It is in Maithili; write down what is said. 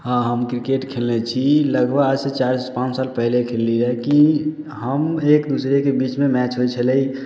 हँ हम क्रिकेट खेलने छी लगभग आज से चारि से पाँच साल पहिले खेलली रऽ की हम एक दूसरेके बीचमे मैच होइ छलै